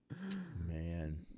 Man